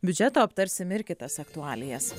biudžeto aptarsim ir kitas aktualijas